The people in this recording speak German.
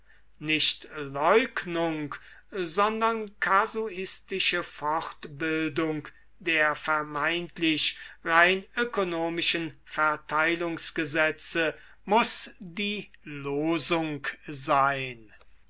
nicht leugnung sondern kasuistische fortbildung der vermeintlich rein ökonomischen verteilungsgesetze muß die losung sein